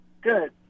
good